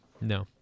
No